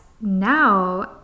now